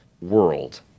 world